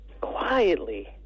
Quietly